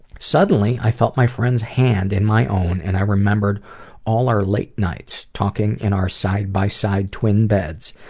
suddenly, i felt my friend's hand in my own, and i remembered all our late nights, talking in our side-by-side twin beds.